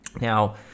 Now